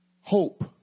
hope